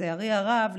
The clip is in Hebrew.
לצערי הרב,